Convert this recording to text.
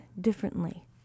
differently